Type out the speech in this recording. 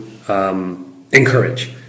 Encourage